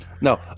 No